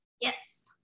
Yes